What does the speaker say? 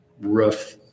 rough